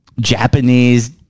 Japanese